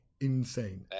Insane